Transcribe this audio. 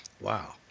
Wow